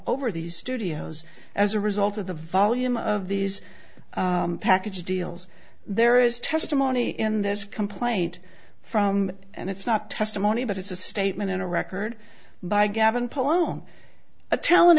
over these studios as a result of the volume of these package deals there is testimony in this complaint from and it's not testimony but it's a statement in a record by gavin polo a talent